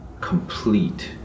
complete